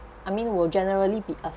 I mean will generally be